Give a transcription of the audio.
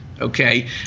okay